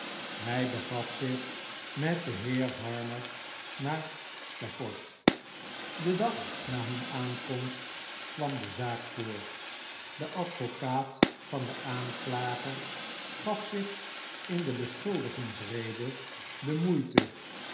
hij begaf zich met den heer harmer naar stafford den dag na hun aankomst kwam de zaak voor de advocaat van den aanklager gaf zich in de beschuldigingsrede de moeite